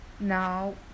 Now